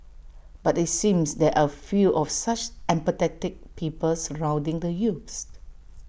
but IT seems there are few of such empathetic people surrounding the youths